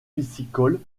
piscicole